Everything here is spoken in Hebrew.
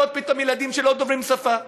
לקלוט פתאום ילדים שלא דוברים את השפה.